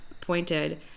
pointed